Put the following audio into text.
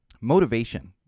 motivation